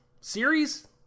Series